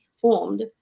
formed